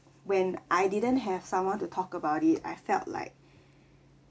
when I didn't have someone to talk about it I felt like